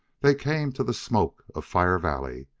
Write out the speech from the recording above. they came to the smoke of fire valley,